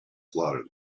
slaughter